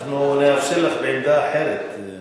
אנחנו נאפשר לך בעמדה אחרת.